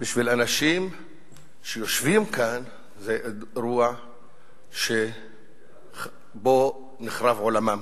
בשביל אנשים שיושבים כאן זה אירוע שבו נחרב עולמם.